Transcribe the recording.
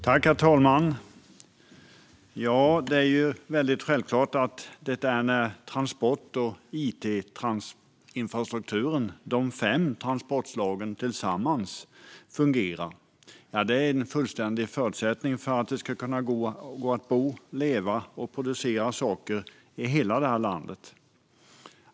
Herr talman! Det är självklart att transport och it-infrastrukturen, de fem transportslagen tillsammans, är en fullständig förutsättning för att kunna leva, bo och producera saker i hela landet.